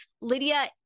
Lydia